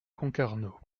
concarneau